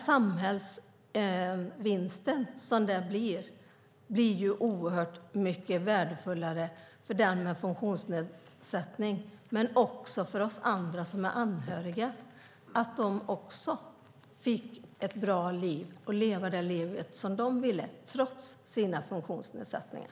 Samhällsvinsten blir oerhört mycket värdefullare för den med funktionsnedsättning och för oss anhöriga. Min farfar och farmor fick ett bra liv, trots deras funktionsnedsättningar.